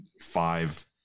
five